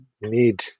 need